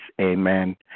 Amen